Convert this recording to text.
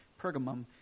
Pergamum